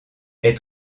est